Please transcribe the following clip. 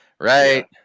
Right